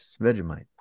Vegemite